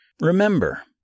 Remember